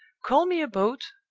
call me a boat!